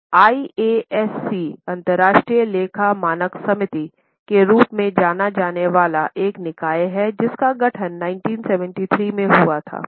अब IASC अंतर्राष्ट्रीय लेखा मानक समिति के रूप में जाना जाने वाला एक निकाय है जिसका गठन 1973 में हुआ था